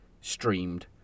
streamed